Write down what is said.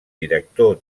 director